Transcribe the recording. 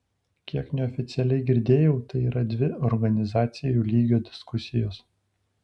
kiek neoficialiai girdėjau tai yra dvi organizacijų lygio diskusijos